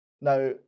Now